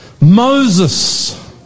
Moses